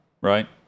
right